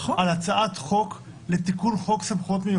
על הצעת חוק לתיקון חוק סמכויות מיוחדות.